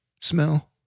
smell